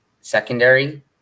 secondary